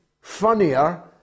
funnier